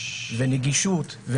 נגישות,